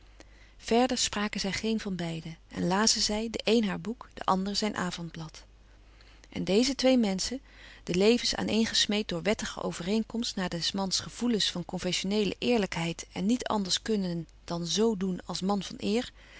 verder spraken zij geen van beiden en lazen zij de een haar boek de ander zijn avondblad en deze twee menschen de levens aaneengesmeed door wettige overeenkomst na des mans gevoelens van conventioneele eerlijkheid en niet anders kunnen dan zo doen als man van eer